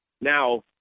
Now